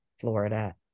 Florida